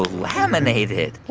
laminated.